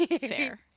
Fair